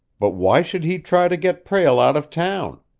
but why should he try to get prale out of town?